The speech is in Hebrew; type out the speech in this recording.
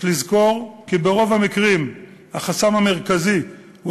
יש לזכור כי ברוב המקרים החסם המרכזי הוא